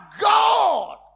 God